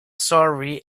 surrey